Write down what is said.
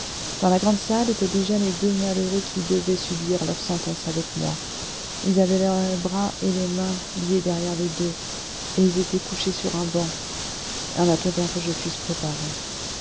dans la grande salle étaient déjà les deux malheureux qui devaient subir leur sentence avec moi ils avaient les bras et les mains liés derrière le dos et ils étaient couchés sur un banc en attendant que je fusse préparé